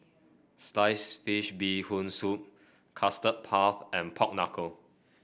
Sliced Fish Bee Hoon Soup Custard Puff and Pork Knuckle